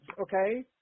okay